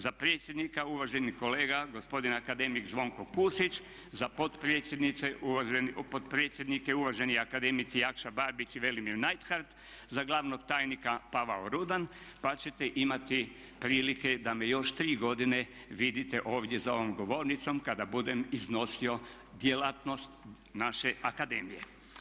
Za predsjednika uvaženi kolega gospodin akademik Zvonko Pusić, za potpredsjednike uvaženi akademici Jakša Barbić i Velimir Neidhardt, za glavnog tajnika Pavao Rudan pa ćete imati prilike da me još 3 godine vidite ovdje za ovom govornicom kada budem iznosio djelatnost naše akademije.